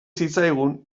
zitzaigun